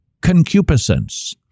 concupiscence